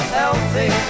healthy